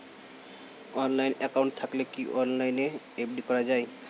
Online account থাকলে কি অনলাইনে এফ.ডি করা যায়?